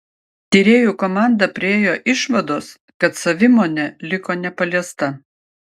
tyrėjų komanda priėjo išvados kad savimonė liko nepaliesta